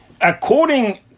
according